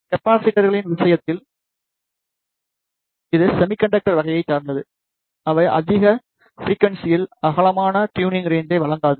கெப்பாசிட்டர்களின் விஷயத்தில் இது செமிக்கண்டக்டர் வகையைச் சேர்ந்தது அவை அதிக ஃபிரிக்குவன்ஸியில் அகலமான ட்யுண்ணிங் ரேன்ச்சை வழங்காது